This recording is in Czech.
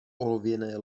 olověné